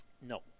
No